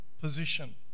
position